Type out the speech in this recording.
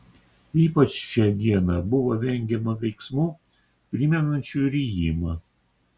ypač šią dieną buvo vengiama veiksmų primenančių rijimą